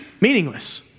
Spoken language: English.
Meaningless